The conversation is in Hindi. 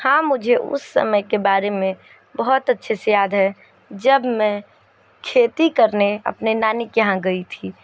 हाँ मुझे उस समय के बारे में बहुत अच्छे से याद है जब मैं खेती करने अपने नानी के यहाँ गई थी